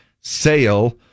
sale